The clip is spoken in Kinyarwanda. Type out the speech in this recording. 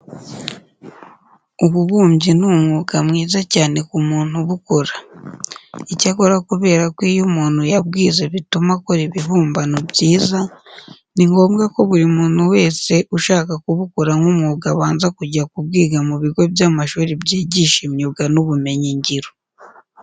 Ububumbyi ni umwuga mwiza cyane ku muntu ubukora. Icyakora kubera ko iyo umuntu yabwize bituma akora ibibumbano byiza, ni ngombwa ko buri muntu wese ushaka kubukora nk'umwuga abanza kujya kubwiga mu bigo by'amashuri byigisha imyuga n'ubumenyingiro.